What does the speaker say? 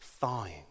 thawing